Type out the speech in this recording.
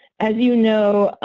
as you know,